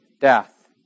death